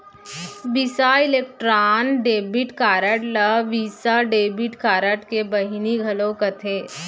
बिसा Electron debit card ल Visa debit card के बहिनी घलौक कथें